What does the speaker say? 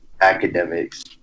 Academics